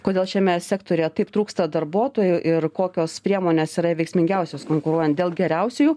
kodėl šiame sektoriuje taip trūksta darbuotojų ir kokios priemonės yra veiksmingiausios konkuruojant dėl geriausiųjų